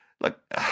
Look